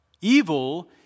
Evil